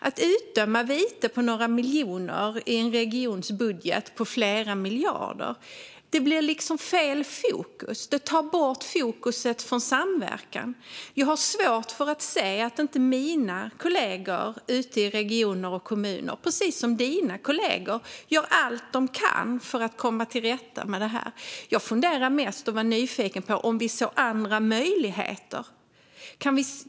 Att utdöma viten på några miljoner i en regionbudget på flera miljarder ger fel fokus. Det tar bort fokus från samverkan. Jag har svårt att se att inte mina kollegor i regioner och kommuner, precis som dina kollegor, gör allt de kan för att komma till rätta med frågan. Jag är nyfiken på om det finns andra möjligheter.